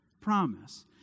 promise